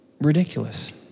ridiculous